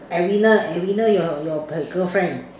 arina arina your your p~ girlfriend